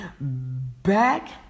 back